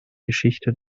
geschichte